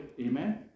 Amen